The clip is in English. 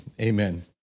amen